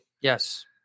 Yes